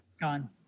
Gone